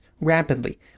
rapidly